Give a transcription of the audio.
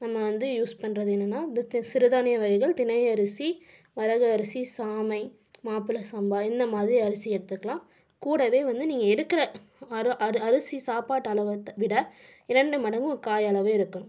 நம்ம வந்து யூஸ் பண்ணுறது என்னன்னா இந்த சிறுதானிய வகைகள் திணையரிசி வரகரிசி சாமை மாப்பிள சம்பா இந்தமாதிரி அரிசி எடுத்துக்கலாம் கூடவே வந்து நீங்கள் எடுக்கிற அரிசி சாப்பாட்டு அளவை விட இரண்டு மடங்கு காய் அளவு இருக்கணும்